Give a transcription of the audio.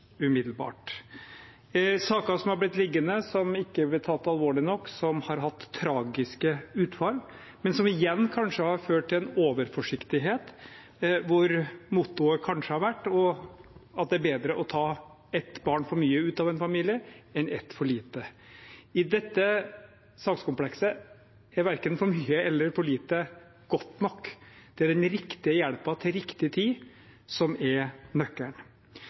saker som har blitt liggende, som ikke ble tatt alvorlig nok, som har hatt tragiske utfall, men som igjen kanskje har ført til en overforsiktighet, der mottoet kanskje har vært at det er bedre å ta ett barn for mye ut av en familie enn ett for lite. I dette sakskomplekset er verken for mye eller for lite godt nok. Det er den riktige hjelpen til riktig tid som er nøkkelen.